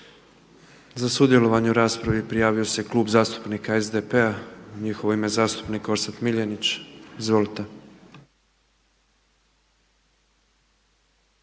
Za sudjelovanje u raspravi prijavio se Klub zastupnika SDP-a. U njihovo ime zastupnik Orsat Miljenić. Izvolite.